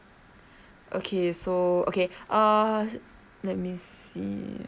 okay so okay uh let me see